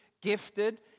gifted